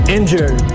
Injured